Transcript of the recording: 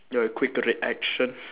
you're quick to reaction